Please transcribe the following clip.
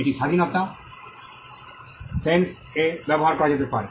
এটি স্বাধীনতা সেন্স এ ব্যবহার করা যেতে পারে